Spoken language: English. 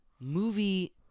movie